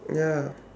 ya